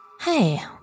Hey